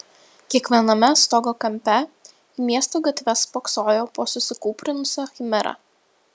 kiekviename stogo kampe į miesto gatves spoksojo po susikūprinusią chimerą